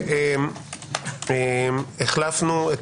החלפנו את